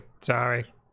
sorry